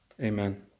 Amen